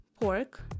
pork